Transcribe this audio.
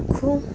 କୁ